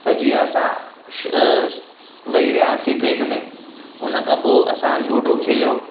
त जीअं असां शु वेई रहियासीं ट्रेन में उन खां पोइ असां लुडो खेलियो